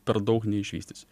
per daug neišvystysi